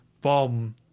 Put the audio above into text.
bomb